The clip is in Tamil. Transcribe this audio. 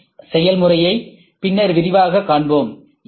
எஸ் செயல்முறையை பின்னர் விரிவாகக் காண்போம்